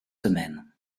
semaines